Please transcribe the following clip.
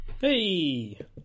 Hey